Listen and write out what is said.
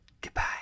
Goodbye